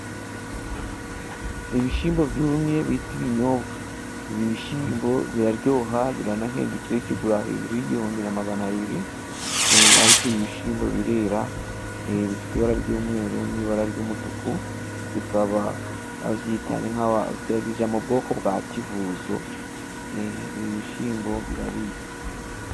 Ibishyimbo byumye bita ibinyobwa. Ibi bishyimbo biraryoha， biranahenda，ikiro kigura hejuru y'igihumbi na magana abiri， ariko ibishyimbo birera， bifite ibara ry'umweru n'ibara ry'umutuku，bikaba babyita；bijya mu bwoko bwa kivuzo， ibi bishyimbo biraribwa.